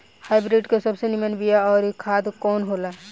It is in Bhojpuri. हाइब्रिड के सबसे नीमन बीया अउर खाद कवन हो ला?